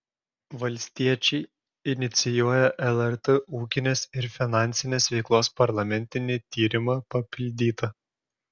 valstiečiai inicijuoja lrt ūkinės ir finansinės veiklos parlamentinį tyrimą papildyta